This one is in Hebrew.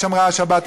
אותך.